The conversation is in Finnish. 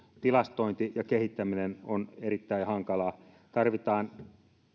tilastointi ja kehittäminen on erittäin hankalaa tarvitaan